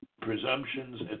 presumptions